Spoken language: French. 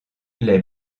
les